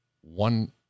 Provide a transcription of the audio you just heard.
one